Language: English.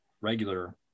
regular